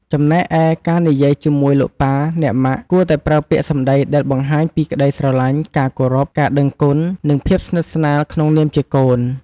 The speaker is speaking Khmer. ចំំណែកឯការនិយាយជាមួយ លោកប៉ា អ្នកម៉ាក់ គួរតែប្រើពាក្យសម្ដីដែលបង្ហាញពីក្ដីស្រឡាញ់ ការគោរព ការដឹងគុណ និងភាពស្និទ្ធស្នាលក្នុងនាមជាកូន។